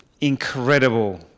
incredible